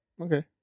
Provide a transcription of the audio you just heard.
Okay